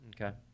Okay